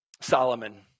Solomon